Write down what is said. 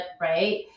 right